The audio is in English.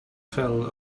fell